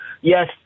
Yes